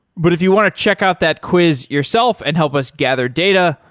but if you want to check out that quiz yourself and help us gather data,